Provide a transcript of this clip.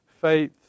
faith